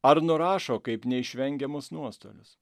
ar nurašo kaip neišvengiamus nuostolius